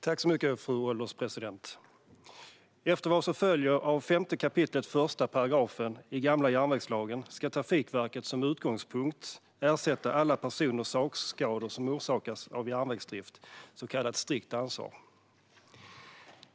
Fru ålderspresident! Efter vad som följer av 5 kap. 1 § i gamla järnvägslagen ska Trafikverket som utgångspunkt ersätta alla personers sakskador som orsakas av järnvägsdrift, så kallat strikt ansvar.